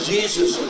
Jesus